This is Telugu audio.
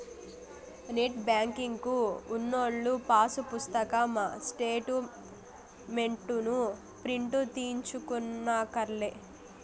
నెట్ బ్యేంకింగు ఉన్నోల్లు పాసు పుస్తకం స్టేటు మెంట్లుని ప్రింటు తీయించుకోనక్కర్లే